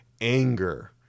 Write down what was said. anger